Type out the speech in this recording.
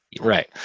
Right